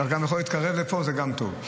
אתה יכול להתקרב לפה, זה גם טוב.